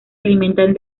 alimentan